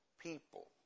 people